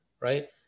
right